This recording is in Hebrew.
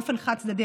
באופן חד-צדדי,